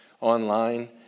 online